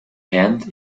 hand